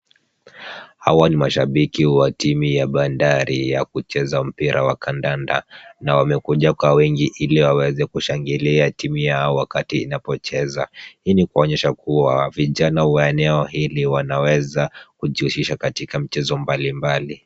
Hawa ni mashabiki wa timu ya Bandari ya kucheza mpira wa kandanda na wamekuja kwa wingi ili waweze kushangilia timu yao wakati inapocheza. Hii ni kuonyesha kuwa vijana wa eneo hili wanaweza kujihusisha katika michezo mbalimbali.